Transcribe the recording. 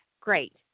Great